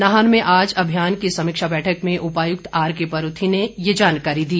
नाहन में आज अभियान की समीक्षा बैठक में उपायुक्त आरकेपरूथी ने जानकारी दी